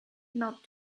not